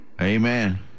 Amen